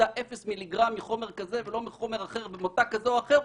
0.0 מיליגרם מחומר כזה ולא מחומר אחר במוצר כזה או אחר,